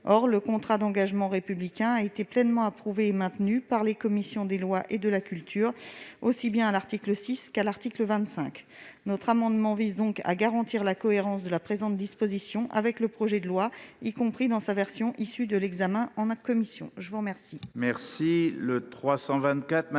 Or le contrat d'engagement républicain a été pleinement approuvé et maintenu par les commissions des lois et de la culture, aussi bien à l'article 6 qu'à l'article 25. Ainsi, notre amendement vise à garantir la cohérence de cette disposition avec le projet de loi, tel qu'il résulte de son examen en commission. L'amendement